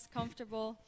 comfortable